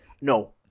no